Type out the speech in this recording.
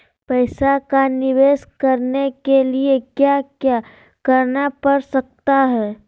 पैसा का निवेस करने के लिए क्या क्या करना पड़ सकता है?